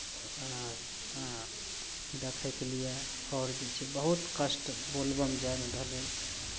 दखयके लिए आओर जे छै बहुत कष्ट बोलबम जायमे भेलै